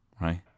Right